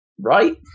Right